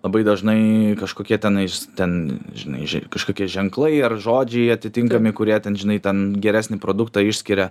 labai dažnai kažkokie tenais ten žinai kažkokie ženklai ar žodžiai atitinkami kurie ten žinai ten geresnį produktą išskiria